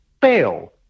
fail